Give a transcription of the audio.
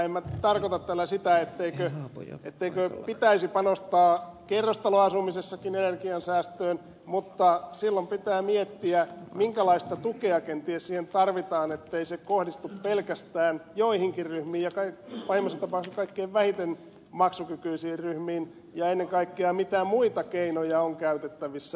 en tarkoita tällä sitä ettei pitäisi panostaa kerrostaloasumisessakin energiansäästöön mutta silloin pitää miettiä minkälaista tukea kenties siihen tarvitaan ettei se kohdistu pelkästään joihinkin ryhmiin pahimmassa tapauksessa kaikkein vähiten maksukykyisiin ryhmiin ja ennen kaikkea mitä muita keinoja on käytettävissä